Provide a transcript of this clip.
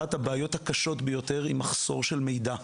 אחת הבעיות הקשות ביותר היא מחסור של מידע.